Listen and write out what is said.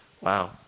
wow